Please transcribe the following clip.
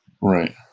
right